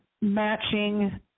matching